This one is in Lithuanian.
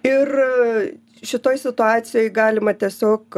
ir šitoj situacijoj galima tiesiog